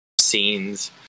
scenes